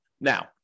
Now